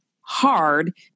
hard